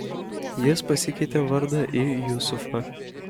jis pasikeitė vardą į jusufą